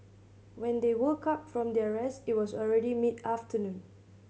when they woke up from their rest it was already mid afternoon